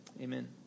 amen